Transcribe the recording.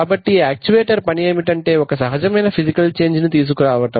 కాబట్టి యాక్చువేటర్ పని ఏమిటంటే ఒక సహజమైన ఫిజికల్ చేంజ్ ను తీసుకురావడం